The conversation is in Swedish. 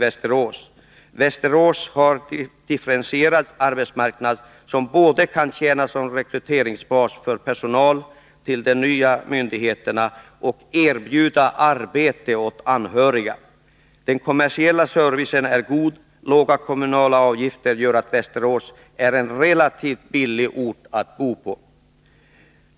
Västerås har en differentierad arbetsmarknad, som både kan tjäna som rekryteringsbas för personal vid de nya myndigheterna och erbjuda arbete åt anhöriga. Den kommersiella servicen är god. Låga kommunala avgifter gör att Västerås är en relativt billig ort att bo på.